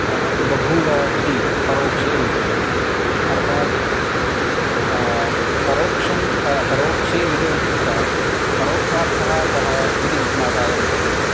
बभूव इति परोक्षे लिट् अर्थात् परोक्षं परोक्षे लिट् इत्यत्र परोक्षार्थः कः इति जिज्ञासायाम् उच्यते